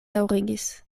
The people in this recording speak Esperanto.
daŭrigis